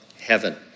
heaven